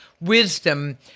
wisdom